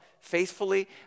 faithfully